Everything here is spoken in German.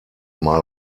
mal